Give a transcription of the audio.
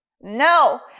no